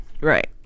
Right